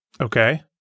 Okay